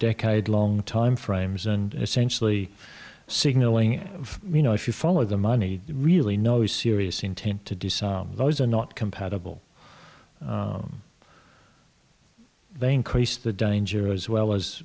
decade long time frames and essentially signaling you know if you follow the money really no serious intent to do so those are not compatible they increase the danger as well as